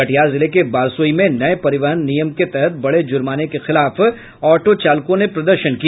कटिहार जिले के बारसोई में नये परिवहन नियम के तहत बड़े जुर्माने के खिलाफ ऑटो चालको ने प्रदर्शन किया